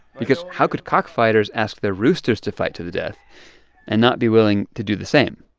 because how could cockfighters ask their roosters to fight to the death and not be willing to do the same?